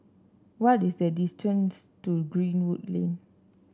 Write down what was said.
what is the distance to Greenwood Lane